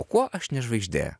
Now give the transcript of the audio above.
o kuo aš ne žvaigždė